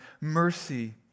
mercy